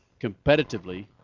competitively